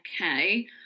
Okay